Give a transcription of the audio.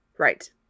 Right